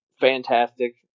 fantastic